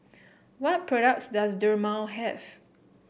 what products does Dermale have